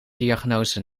diagnose